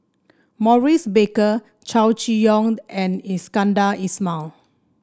Maurice Baker Chow Chee Yong and Iskandar Ismail